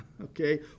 Okay